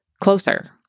closer